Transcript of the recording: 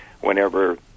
whenever